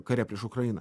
kare prieš ukrainą